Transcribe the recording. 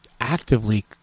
actively